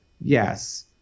yes